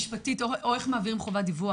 משפטית או איך מעבירים חובת דיווח.